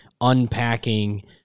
unpacking